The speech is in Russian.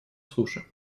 суше